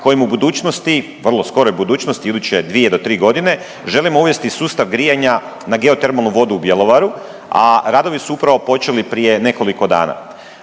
kojim u budućnosti vrlo skoroj budućnosti, iduće dvije do tri godine, želimo uvesti sustav grijanja na geotermalnu vodu u Bjelovaru, a radovi su upravo počeli prije nekoliko dana.